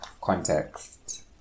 context